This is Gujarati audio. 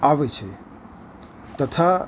આવે છે તથા